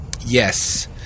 Yes